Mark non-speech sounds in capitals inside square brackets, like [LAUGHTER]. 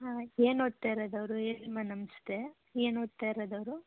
ಹಾಂ ಏನು ಓದ್ತಾಯಿರೋದು ಅವರು [UNINTELLIGIBLE] ನಮಸ್ತೆ ಏನು ಓದ್ತಾಯಿರೋದು ಅವರು